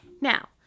Now